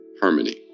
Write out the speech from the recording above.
harmony